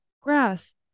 grass